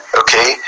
okay